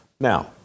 Now